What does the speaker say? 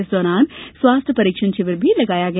इस दौरान स्वास्थ्य परीक्षण शिविर भी लगाया गया